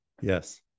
Yes